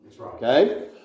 okay